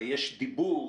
כולל מערך בתי החולים,